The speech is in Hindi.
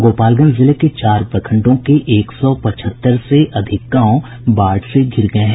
गोपालगंज जिले के चार प्रखंडों के एक सौ पचहत्तर से अधिक गांव बाढ़ से धिर गये हैं